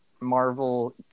Marvel